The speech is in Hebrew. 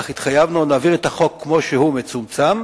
כך התחייבנו, נעביר את החוק כמו שהוא, מצומצם,